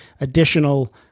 additional